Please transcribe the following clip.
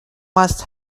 must